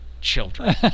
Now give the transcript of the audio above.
children